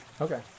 Okay